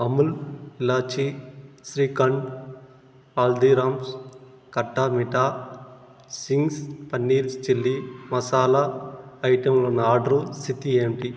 Amul elaichi shrikhand Haldiram's khatta meetha Ching's paneer chilli masala ఐటెంలున్న order స్థితి ఏంటి